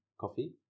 coffee